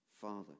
Father